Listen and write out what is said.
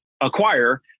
acquire